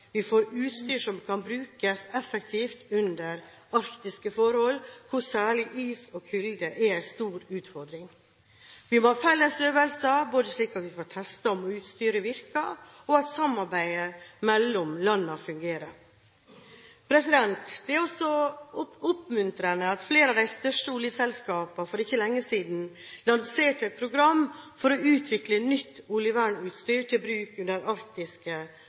vi får utstyr som kan brukes effektivt under arktiske forhold, hvor særlig is og kulde er store utfordringer. Vi må ha felles øvelser, både slik at vi får testet om utstyret virker, og at samarbeidet mellom landene fungerer. Det er også oppmuntrende at flere av de største oljeselskapene for ikke lenge siden lanserte et program for å utvikle nytt oljevernutstyr til bruk under arktiske